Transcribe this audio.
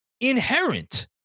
Inherent